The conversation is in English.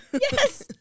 Yes